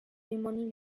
dimoni